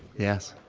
yes,